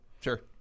Sure